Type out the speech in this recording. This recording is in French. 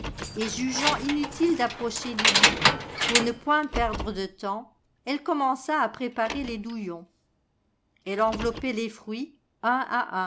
et jugeant inutile d'approcher du lit pour ne point perdre de temps elle commença à préparer les douillons elle enveloppait les fruits